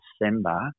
December